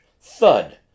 thud